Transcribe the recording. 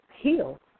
heal